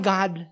God